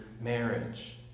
marriage